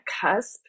cusp